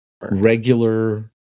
regular